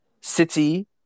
City